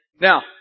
Now